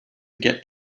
get